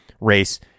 race